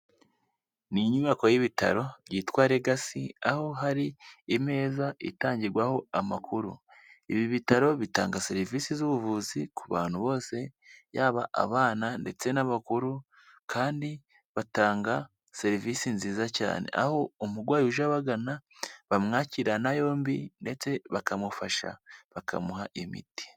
N'inyubako y'ibitaro byitwa leggac aho hari imeza itangirwaho amakuru ibi bitaro bitanga serivisi z'ubuvuzi ku bantu bose yaba abana ndetse n'abakuru kandi batanga serivisi nziza cyane aho umurwayi uje abagana bamwakirana yombi ndetse bakamufasha bakamuha imiti.